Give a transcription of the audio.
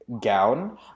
gown